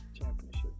championship